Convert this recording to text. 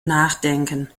nachdenken